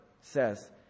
says